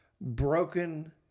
broken